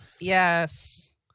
Yes